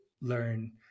learn